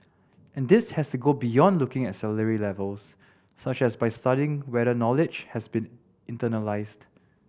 and this has to go beyond looking at salary levels such as by studying whether knowledge has been internalised